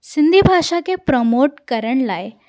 सिंधी भाषा खे प्रमोट करण लाइ